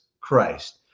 Christ